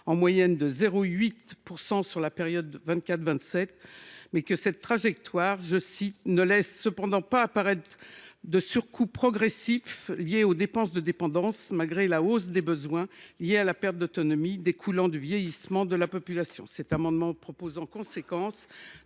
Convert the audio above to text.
moyenne de 0,8 % sur la période 2024 2027, elle « ne laisse cependant pas apparaître de surcoût progressif lié aux dépenses de dépendance, malgré la hausse des besoins liés à la perte d’autonomie découlant du vieillissement de la population ».